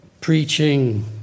preaching